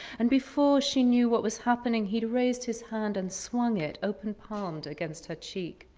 and before she knew what was happening, he'd raised his hand and swung it, open-palmed, against her cheek.